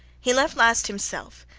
he left last himself,